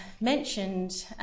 mentioned